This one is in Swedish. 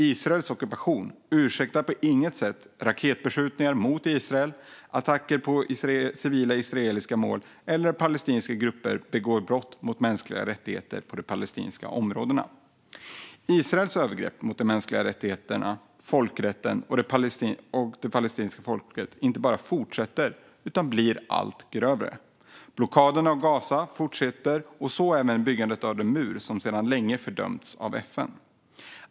Israels ockupation ursäktar inte på något sätt raketbeskjutning mot Israel, attacker på civila israeliska mål eller att palestinska grupper begår brott mot de mänskliga rättigheterna på de palestinska områdena. Israels övergrepp mot de mänskliga rättigheterna, folkrätten och det palestinska folket inte bara fortsätter utan blir allt grövre. Blockaden av Gaza fortskrider och så även byggandet av den mur som sedan länge har fördömts av FN.